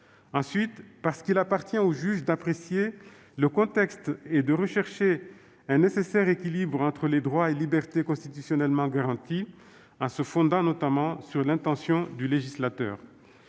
lieu, parce qu'il appartient au juge d'apprécier le contexte et de rechercher un nécessaire équilibre entre les droits et libertés constitutionnellement garantis, en se fondant notamment sur l'intention du législateur.